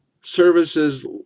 services